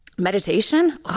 meditation